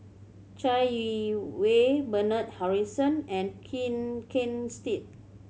Chai Yee Wei Bernard Harrison and Ken Ken Seet